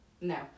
no